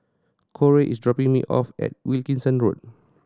Corey is dropping me off at Wilkinson Road